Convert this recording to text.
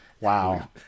Wow